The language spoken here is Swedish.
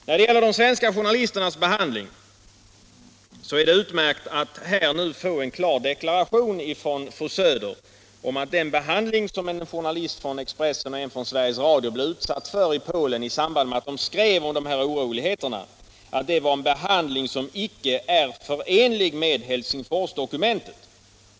När det gäller de svenska journalisterna är det utmärkt att vi nu har fått en klar deklaration från fru Söder att den behandling som en journalist från Expressen och en från Sveriges Radio blev utsatta för i Polen i samband med att de skrev om oroligheterna där icke är förenlig med Helsingforsdokumentet.